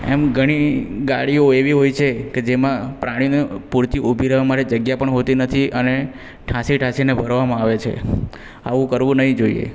એમ ઘણી ગાડીઓ એવી હોય છે કે જેમાં પ્રાણીને પૂરતી ઊભી રેવા માટે જગ્યા પણ હોતી નથી અને ઠાંસી ઠાંસીને ભરવામાં આવે છે આવું કરવું નહીં જોઈએ